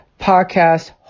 Podcast